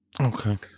Okay